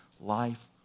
life